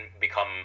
become